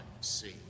see